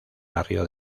barrio